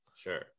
Sure